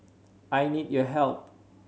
I need your help